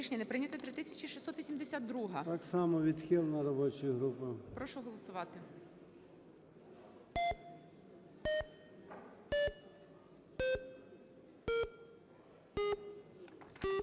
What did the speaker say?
Так само відхилена робочою групою,